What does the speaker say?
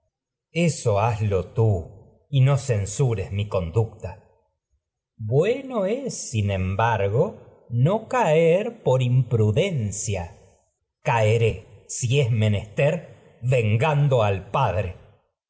eso hazlo tú es y no censures mi conducta no crisótemis bueno sin embargo caer por imprudencia electra caeré si es menester vengando al padre